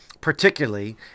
particularly